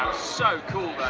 so cool